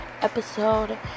episode